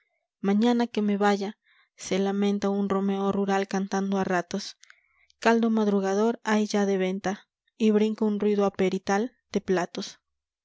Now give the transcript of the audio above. mañana que me yaya se lamenta un romeo rural cantando a ratos caldo madrugador hay ya de venta y brinca un ruido aperital de platos